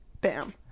bam